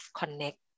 connect